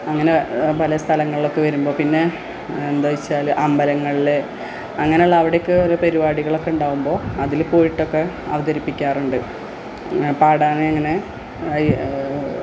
അങ്ങനെ പല സ്ഥലങ്ങളിലൊക്കെ വരുമ്പോള് പിന്നെ എന്താണെന്നു വെച്ചാല് അമ്പലങ്ങളില് അങ്ങനെയുള്ള അവിടൊക്കെ ഓരോ പരിപാടികളൊക്കെ ഉണ്ടാവുമ്പോള് അതില് പോയിട്ടൊക്കെ അവതരിപ്പിക്കാറുണ്ട് പാടാന് അങ്ങനെ